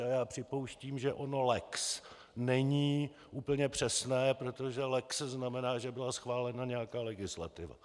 A já připouštím, že ono lex není úplně přesné, protože lex znamená, že byla schválena nějaká legislativa.